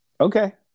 Okay